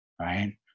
right